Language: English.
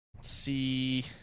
See